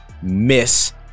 miss